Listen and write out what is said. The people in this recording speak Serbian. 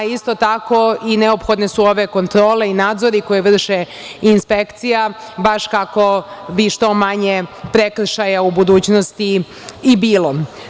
Isto tako, neophodne su ove kontrole i nadzori koje vrši inspekcija baš kako bi što manje prekršaja u budućnosti i bilo.